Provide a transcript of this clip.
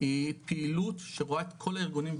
היא פעילות שרואה את כל הארגונים,